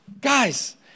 Guys